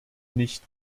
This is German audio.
nicht